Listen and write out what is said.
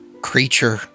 creature